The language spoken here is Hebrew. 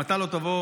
אם אתה לא תבוא,